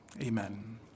Amen